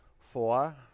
Four